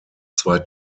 zwei